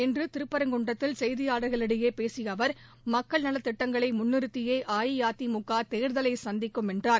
இன்று திருப்பரங்குன்றத்தில் செய்தியாளர்ளிடையே பேசிய அவர் மக்கள் நலத்திட்டங்களை முன்னிறுத்தியே அஇஅதிமுக தேர்தலை சந்திக்கும் என்றார்